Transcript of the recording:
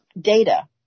data